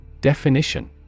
Definition